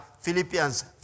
Philippians